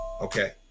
okay